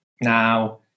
now